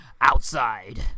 outside